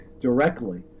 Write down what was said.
directly